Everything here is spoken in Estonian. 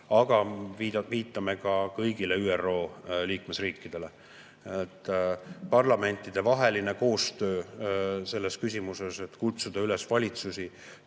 aga viitame ka kõigile ÜRO liikmesriikidele. Parlamentidevaheline koostöö selles küsimuses, et kutsuda üles valitsusi